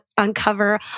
uncover